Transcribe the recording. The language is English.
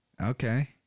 Okay